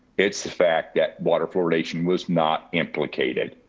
it's the fact that water fluoridation was not implicated.